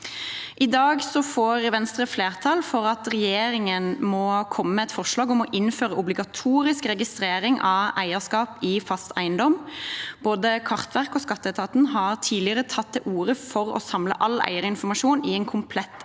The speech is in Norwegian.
I dag får Venstre flertall for at regjeringen må komme med et forslag om å innføre obligatorisk registrering av eierskap i fast eiendom. Både Kartverket og skatteetaten har tidligere tatt til orde for å samle all eierinformasjon i et komplett